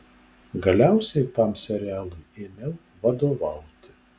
galiausiai tam serialui ėmiau vadovauti